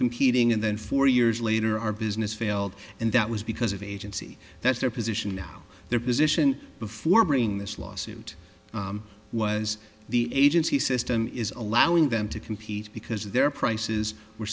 competing and then four years later our business failed and that was because of agency that's their position now their position before bringing this lawsuit was the agency system is allowing them to compete because their prices were